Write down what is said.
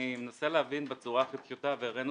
אני מנסה להבין בצורה הכי פשוטה והראינו